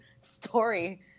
story